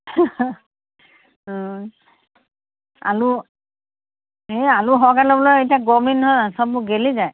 অঁ আলু এই আলু সৰহকৈ লৈ পেলাই এতিয়া গৰমদিন নহয় জানো সববোৰ গেলি যায়